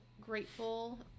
grateful